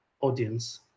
audience